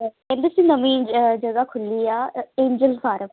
ਕਹਿੰਦੇ ਸੀ ਨਵੀਂ ਜਗ੍ਹਾ ਖੁੱਲੀ ਆ ਏਜਲ ਫਾਰਮ